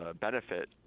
benefit